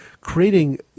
creating